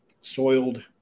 soiled